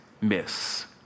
miss